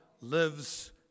lives